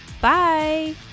bye